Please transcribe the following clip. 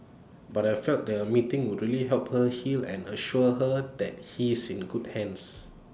but I felt that A meeting would really help her heal and assure her that he's in good hands